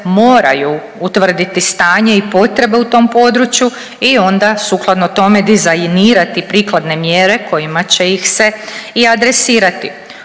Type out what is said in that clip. moraju utvrditi stanje i potrebe u tom području i onda sukladno tome dizajnirati prikladne mjere kojima će ih se i adresirati.